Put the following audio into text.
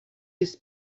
his